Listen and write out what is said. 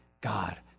God